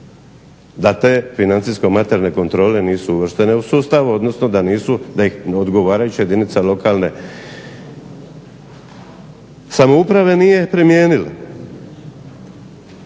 financijske kontrole nisu uvrštene u sustav odnosno da nisu da ih odgovarajuća jedinica lokalne samouprave nije primijenila.